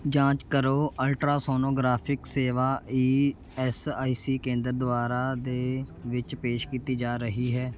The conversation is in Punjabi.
ਜਾਂਚ ਕਰੋ ਅਲਟਰਾਸੋਨੋਗ੍ਰਾਫਿਕ ਸੇਵਾ ਈ ਐੱਸ ਆਈ ਸੀ ਕੇਂਦਰ ਦੁਆਰਾ ਦੇ ਵਿੱਚ ਪੇਸ਼ ਕੀਤੀ ਜਾ ਰਹੀ ਹੈ